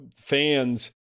fans